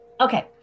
Okay